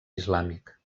islàmic